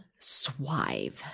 swive